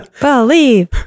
Believe